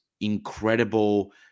incredible